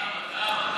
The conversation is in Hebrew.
למה?